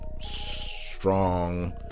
strong